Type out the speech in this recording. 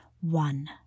One